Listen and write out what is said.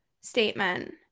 statement